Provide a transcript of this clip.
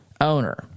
owner